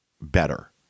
better